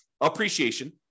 Appreciation